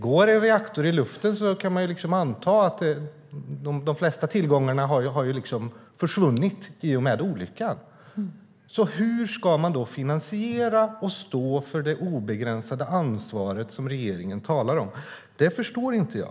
Går en reaktor i luften kan man anta att de flesta tillgångar har försvunnit i och med olyckan. Hur ska man då finansiera och stå för det obegränsade ansvaret som regeringen talar om? Det förstår inte jag.